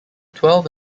twelve